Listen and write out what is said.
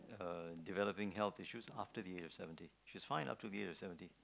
her developing health issues after the age of seventy she's fine up till the age of seventy